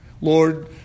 Lord